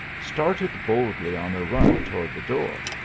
started boldly on a run toward the door.